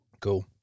Cool